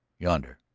yonder.